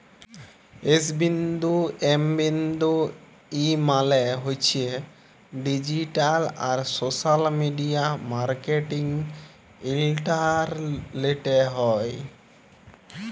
S বিন্দু M বিন্দু E মালে হছে ডিজিট্যাল আর সশ্যাল মিডিয়া মার্কেটিং ইলটারলেটে হ্যয়